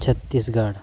Chhattisgarh